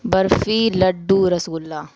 برفی لڈو رس گلہ